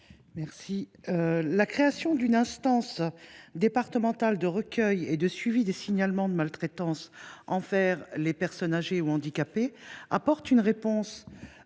Silvani. La création d’une instance départementale de recueil et de suivi des signalements de maltraitance envers les personnes âgées ou handicapées apporte une réponse